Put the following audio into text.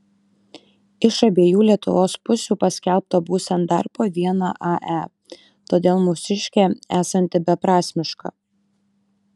iš abiejų lietuvos pusių paskelbta būsiant dar po vieną ae todėl mūsiškė esanti beprasmiška